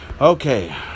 Okay